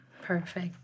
Perfect